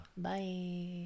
bye